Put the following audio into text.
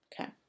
okay